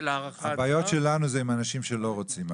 הבעיות שלנו זה עם אנשים שלא רוצים,